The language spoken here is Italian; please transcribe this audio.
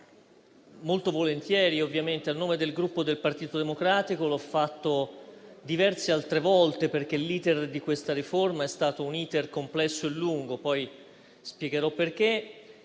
molto volentieri, a nome del Gruppo Partito Democratico. L'ho fatto diverse altre volte, perché l'*iter* di questa riforma è stato complesso e lungo - poi spiegherò perché